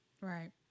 right